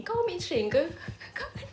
kau ambil train ke kau ambil